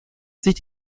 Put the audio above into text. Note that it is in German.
sich